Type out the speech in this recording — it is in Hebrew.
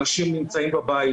אנשים נמצאים בבית,